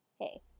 hey